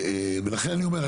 ולכן אני אומר,